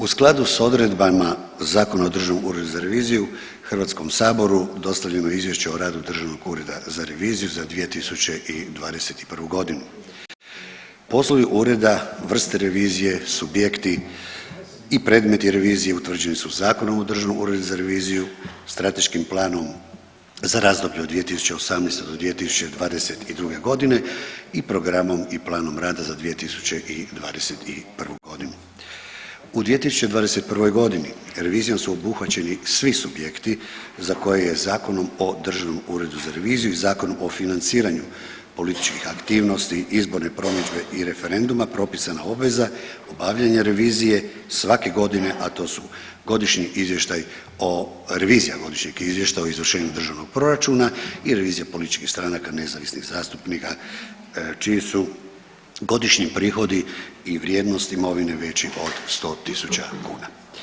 U skladu s odredbama Zakona o Državnom uredu za reviziju HS-u dostavljeno je Izvješće o radu Državni ured za reviziju za 2021. g. Poslovi Ureda, vrste revizije, subjekti i predmeti revizije utvrđeni su Zakonom o Državnom uredu za reviziju, Strateškim planom za razdoblje od 2018. do 2022. g. i Programom i planom rada za 2021. g. U 2021. g. revizijom su obuhvaćeni svi subjekti za koje je Zakonom o Državnom uredu za reviziju i Zakonom o financiranju političkih aktivnosti, izborne promidžbe i referenduma, propisana obveza obavljanja revizije svake godine, a to su godišnji izvještaj o, revizija godišnjeg izvještaja o izvršenju državnog proračuna i revizija političkih stranka, nezavisnih zastupnika čiji su godišnji prihodi i vrijednost imovine veći od 100 tisuća kuna.